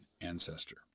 ancestor